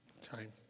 time